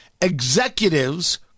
executives